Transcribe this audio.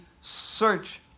search